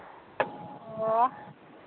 ꯑꯣ